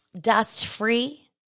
dust-free